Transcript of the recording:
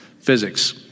physics